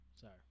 Sorry